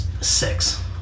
Six